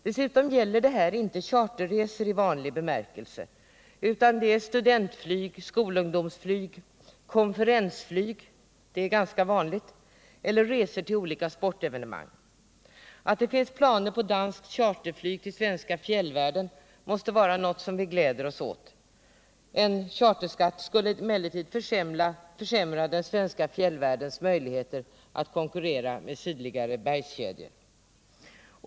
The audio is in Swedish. Dessutom gäller detta inte charter resor i vanlig bemärkelse; det är studentflyg, skolungdomsflyg, konferensflyg — det är ganska vanligt — eller resor till olika sportevenemang. Att det finns planer på danskt charterflyg till den svenska fjällvärlden gläder vi oss åt. En charterskatt skulle emellertid försämra den svenska fjällvärldens möjligheter att konkurrera med sydligare belägna bergskedjor.